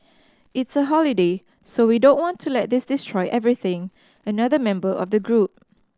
it's a holiday so we don't want to let this destroy everything another member of the group